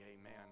amen